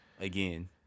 Again